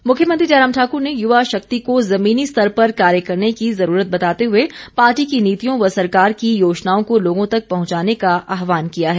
मुख्यमंत्री मुख्यमंत्री जयराम ठाकुर ने युवा शक्ति को जमीनी स्तर पर कार्य करने की जरूरत बताते हुए पार्टी की नीतियों व सरकार की योजनाओं को लोगों तक पहुंचाने का आहवान किया है